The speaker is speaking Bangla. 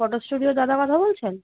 ফটো স্টুডিও দাদা কথা বলছেন